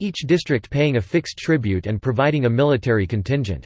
each district paying a fixed tribute and providing a military contingent.